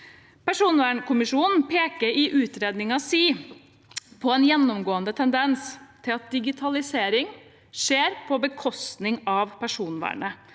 Personvernkommisjonen peker i utredningen sin på en gjennomgående tendens til at digitalisering skjer på bekostning av personvernet.